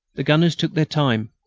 the gunners took their time,